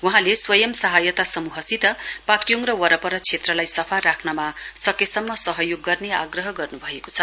वहाँले स्वयं सहायता समूहसित पाक्योङ र वरपर क्षेत्रलाई सफा राख्नमा सकेसम्म सहयोग गर्ने आग्रह गर्नुभएको छ